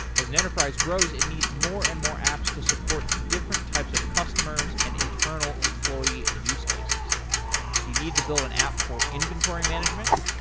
as an enterprise grows, it needs more and more apps to support different types of customers and internal employee use cases do you need to build an app for inventory management?